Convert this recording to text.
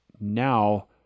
now